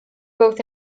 both